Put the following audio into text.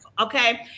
okay